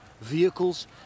Vehicles